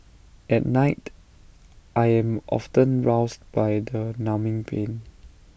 at night I am often roused by the numbing pain